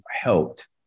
helped